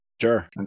Sure